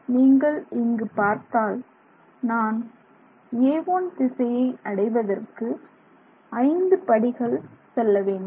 நீங்கள் இங்கு பார்த்தால் நான் a1 திசையை அடைவதற்கு ஐந்து படிகள் செல்ல வேண்டும்